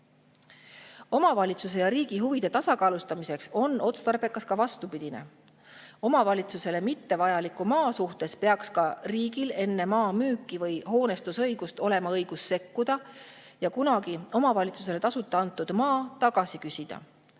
Omavalitsuse ja riigi huvide tasakaalustamiseks on otstarbekas ka vastupidine: omavalitsusele mittevajaliku maa suhtes peaks ka riigil enne maa müüki või hoonestusõigust olema õigus sekkuda ja kunagi omavalitsusele tasuta antud maa tagasi küsida.